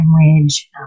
language